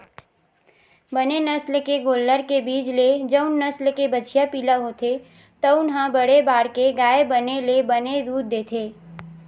बने नसल के गोल्लर के बीज ले जउन नसल के बछिया पिला होथे तउन ह बड़े बाड़के गाय बने ले बने दूद देथे